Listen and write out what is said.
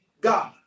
God